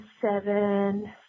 seven